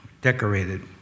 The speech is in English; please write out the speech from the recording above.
decorated